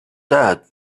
dead